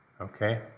okay